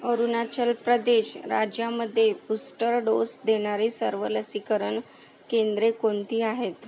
अरुणाचल प्रदेश राज्यामध्ये booster dose देणारी सर्व लसीकरण केंद्रे कोणती आहेत